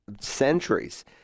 centuries